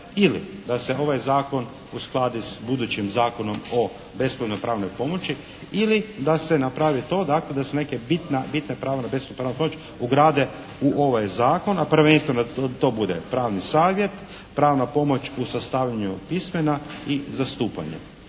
ili da se ovaj Zakon uskladi s budućim Zakonom o …/Govornik se ne razumije./… pomoći ili da se napravi to dakle da se neka bitna, …/Govornik se ne razumije./… ugrade u ovaj Zakon, a prvenstveno da to bude pravni savjet, pravna pomoć u sastavljanju pismena i zastupanje.